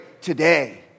today